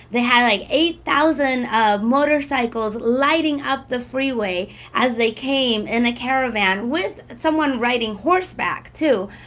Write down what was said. they had, like, eight thousand ah motorcycles lighting up the freeway as they came in a caravan, with someone riding horseback, too.